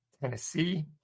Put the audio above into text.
Tennessee